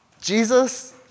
Jesus